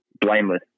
blameless